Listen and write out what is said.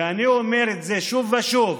ואני אומר את זה שוב ושוב: